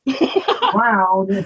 Wow